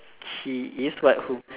he is what who